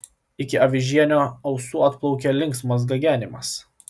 iki avižienio ausų atplaukė linksmas gagenimas